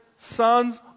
sons